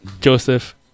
Joseph